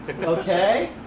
okay